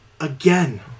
again